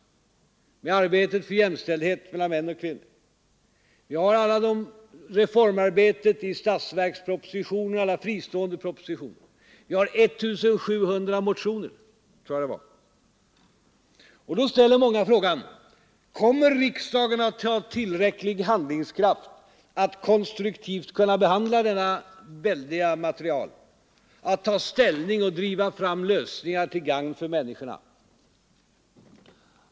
Vi fortsätter arbetet för jämställdhet mellan män och kvinnor. Vi har ett fortlöpande reformarbete som avspeglas i statsverkspropositionen och i fristående propositioner. Vi har ca 1 600 motioner att ta ställning till. Och då ställer många frågan: Kommer riksdagen att ha tillräcklig handlingskraft att konstruktivt kunna behandla detta väldiga material? Att ta ställning och driva fram lösningar som är till gagn för människorna?